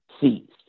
seized